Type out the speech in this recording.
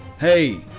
Hey